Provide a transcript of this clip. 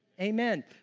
Amen